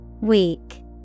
Weak